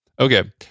Okay